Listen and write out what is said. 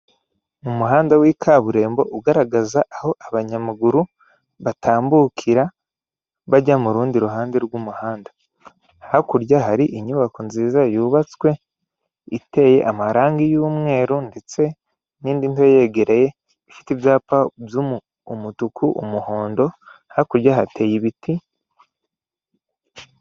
Mu muhanda w'ikaburimbo, ugaragaza aho abanyamaguru batambukira bajya mu rundi ruhande rw'umuhanda, hakurya hari inyubako nziza yubatswe, iteye amarangi y'umweru ndetse n'indi nzu yegereye ifite ibyapa by'umutuku, umuhondo, hakurya hateye ibiti.